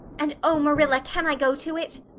and, oh, marilla, can i go to it?